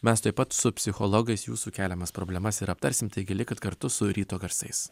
mes tuoj pat su psichologais jūsų keliamas problemas ir aptarsim taigi likit kartu su ryto garsais